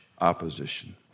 opposition